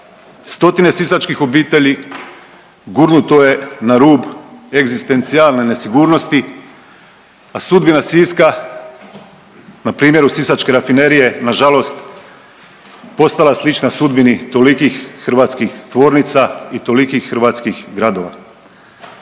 Stotine sisačkih obitelji gurnuto je na rub egzistencijalne nesigurnosti, a sudbina Siska na primjeru sisačke rafinerije nažalost postala slična sudbini tolikih hrvatskih tvornica i tolikih hrvatskih gradova.